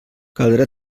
caldrà